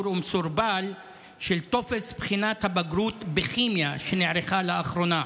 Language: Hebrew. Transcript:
ומסורבל של טופס בחינת הבגרות בכימיה שנערכה לאחרונה.